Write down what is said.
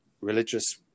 religious